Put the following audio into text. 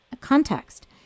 context